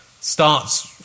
starts